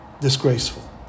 disgraceful